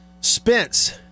Spence